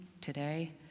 today